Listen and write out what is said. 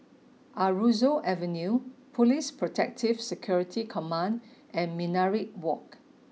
Aroozoo Avenue Police Protective Security Command and Minaret Walk